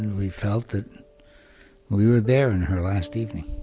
and we felt that we were there in her last evening.